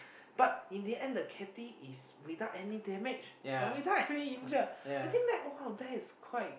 but in the end the kitty is without any damage without any injure I think that oh !wow! that is quite